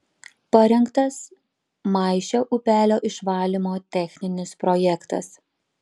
parengtas maišio upelio išvalymo techninis projektas